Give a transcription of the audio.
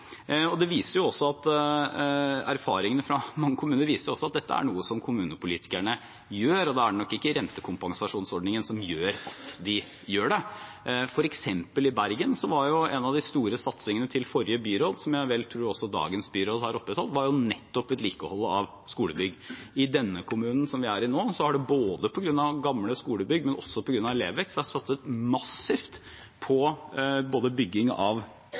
Erfaringene fra mange kommuner viser også at dette er noe som kommunepolitikerne gjør, og da er det nok ikke rentekompensasjonsordningen som gjør at de gjør det. For eksempel i Bergen var en av de store satsingene til forrige byråd – som jeg tror dagens byråd har opprettholdt – nettopp vedlikeholdet av skolebygg. I denne kommunen som vi er i nå, har det på grunn av gamle skolebygg, men også på grunn av elevvekst vært satset massivt på både bygging av